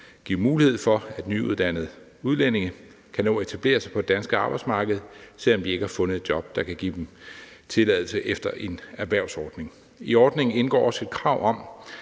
give mulighed for, at nyuddannede udlændinge kan nå at etablere sig på det danske arbejdsmarked, selv om de ikke har fundet et job, der kan give dem tilladelse efter en erhvervsordning. I ordningen indgår også et krav om,